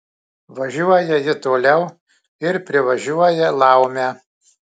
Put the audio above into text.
važiuoja ji toliau ir privažiuoja laumę